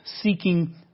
seeking